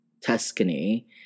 Tuscany